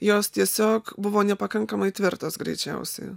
jos tiesiog buvo nepakankamai tvirtos greičiausiai